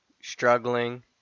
Struggling